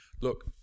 Look